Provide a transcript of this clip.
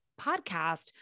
podcast